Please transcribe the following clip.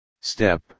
Step